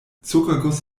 zuckerguss